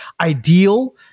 ideal